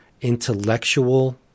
intellectual